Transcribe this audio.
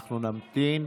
אנחנו נמתין.